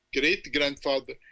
great-grandfather